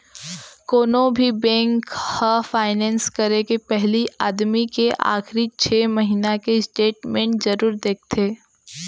कोनो भी बेंक ह फायनेंस करे के पहिली आदमी के आखरी छै महिना के स्टेट मेंट जरूर देखथे